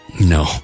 No